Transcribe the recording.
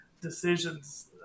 decisions